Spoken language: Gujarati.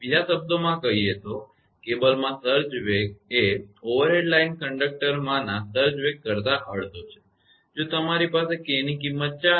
બીજા શબ્દોમાં કહીએ તો કેબલમાં સર્જ વેગ એ ઓવરહેડ લાઇન કંડકટરોમાંના સર્જ વેગ કરતા અડધો છે જો તમારી પાસે k ની કિંમત 4 છે